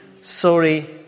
sorry